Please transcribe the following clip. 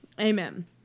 amen